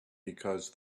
because